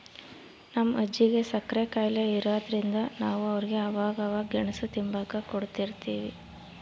ನಮ್ ಅಜ್ಜಿಗೆ ಸಕ್ರೆ ಖಾಯಿಲೆ ಇರಾದ್ರಿಂದ ನಾವು ಅವ್ರಿಗೆ ಅವಾಗವಾಗ ಗೆಣುಸು ತಿಂಬಾಕ ಕೊಡುತಿರ್ತೀವಿ